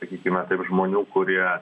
sakykime taip žmonių kurie